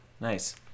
Nice